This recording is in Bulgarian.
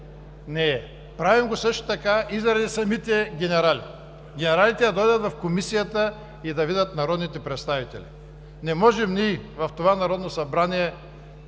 Не е! Правим го също така и заради самите генерали. Генералите да бъдат в Комисията и да видят народните представители. Не можем ние в това Народно събрание